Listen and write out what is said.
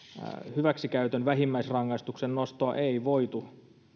hyväksikäytön vähimmäisrangaistuksen nostoa ei voitu